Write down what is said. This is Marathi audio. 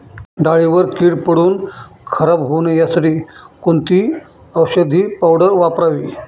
डाळीवर कीड पडून खराब होऊ नये यासाठी कोणती औषधी पावडर वापरावी?